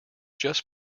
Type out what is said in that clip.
just